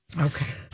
Okay